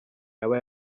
yaba